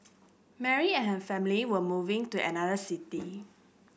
Mary and her family were moving to another city